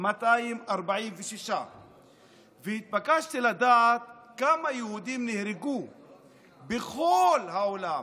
28,246. ביקשתי לדעת כמה יהודים נהרגו בכל העולם